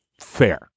fair